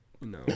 No